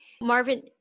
Marvin